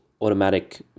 automatic